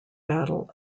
battle